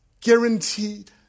guaranteed